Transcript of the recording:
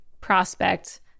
prospect